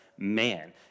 man